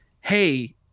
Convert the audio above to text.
Hey